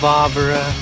Barbara